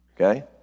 Okay